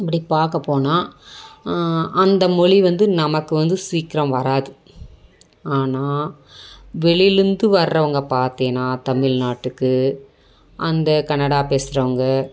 இப்படி பார்க்கப்போனா அந்த மொழி வந்து நமக்கு வந்து சீக்கிரம் வராது ஆனால் வெளியிலேந்து வரவங்க பார்த்திங்கனா தமிழ்நாட்டுக்கு அந்த கனடா பேசுகிறவங்க